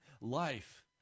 Life